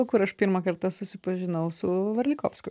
kur aš pirmą kartą susipažinau su varlikovskiu